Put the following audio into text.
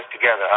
together